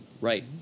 Right